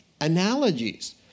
analogies